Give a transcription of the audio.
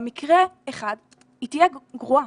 במקרה אחד היא תהיה גרועה,